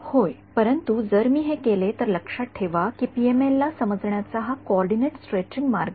होय परंतु जर मी हे केले तर लक्षात ठेवा की पीएमएल ला समजण्याचा हा कोऑर्डिनेट स्ट्रेचिंग मार्ग आहे